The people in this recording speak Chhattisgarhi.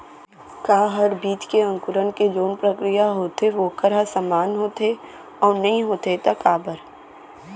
का हर बीज के अंकुरण के जोन प्रक्रिया होथे वोकर ह समान होथे, अऊ नहीं होथे ता काबर?